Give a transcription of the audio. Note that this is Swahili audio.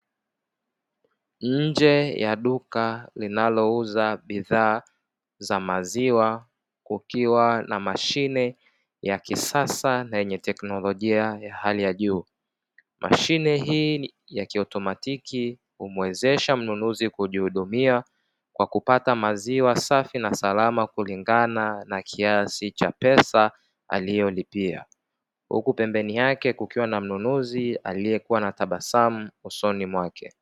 Nje ya duka linalouza bidhaa za maziwa kukiwa na mashine ya kisasa na yenye teknolojia ya hali ya juu, mashine hii ya kiotomatiki humuwezesha mnunuzi kujihudumia kwa kupata maziwa safi na salama kulingana na kiasi cha pesa aliyolipia.